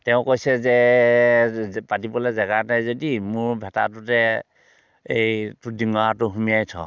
তেওঁ কৈছে যে পাতিবলৈ জেগা নাই যদি মোৰ ভেটাটোতে এই তোৰ দিঙৰাটো সুমুয়াই থ